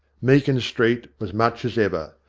meakin street was much as ever.